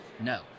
No